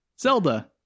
Zelda